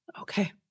Okay